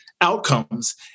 outcomes